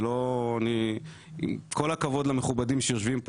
עם כל הכבוד למכובדים שיושבים פה,